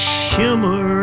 shimmer